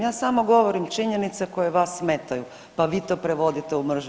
Ja samo govorim činjenice koje vas smetaju pa vi to prevodite u mržnju.